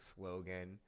slogan